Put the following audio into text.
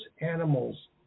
animals